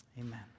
Amen